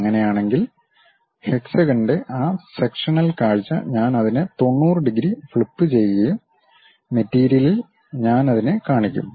അങ്ങനെയാണെങ്കിൽ ഹെക്സഗൺൻ്റെ ആ സെക്ഷനൽ കാഴ്ച ഞാൻ അതിനെ 90 ഡിഗ്രി ഫ്ലിപ്പുചെയ്യും മെറ്റീരിയലിൽ ഞാൻ അത് കാണിക്കും